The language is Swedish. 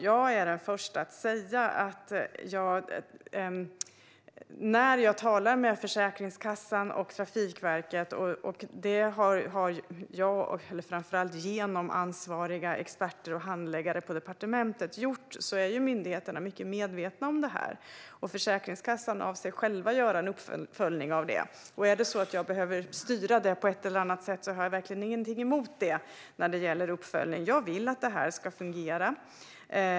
Jag är den första att säga att när jag talar med Försäkringskassan och Trafikverket - det har framför allt ansvariga experter och handläggare på departementet gjort - är myndigheterna mycket medvetna om detta. Försäkringskassan avser själv att göra en uppföljning av detta. Om jag behöver styra detta på ett eller annat sätt har jag verkligen ingenting emot det när det gäller uppföljning. Jag vill att detta ska fungera.